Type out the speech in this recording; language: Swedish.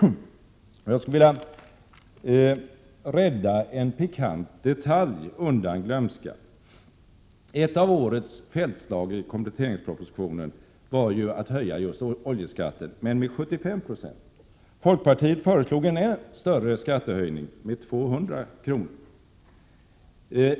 Jag skulle vilja rädda en pikant detalj undan glömskan. Ett av årets Feldt-slag i kompletteringspropositionen var att höja just oljeskatten med 75 kr. Folkpartiet föreslog en större skattehöjning, med 200 kr.